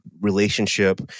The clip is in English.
relationship